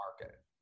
market